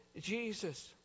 Jesus